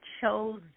chose